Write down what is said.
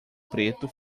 preto